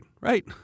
right